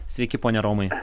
sveiki pone romai